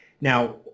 Now